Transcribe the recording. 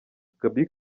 gaby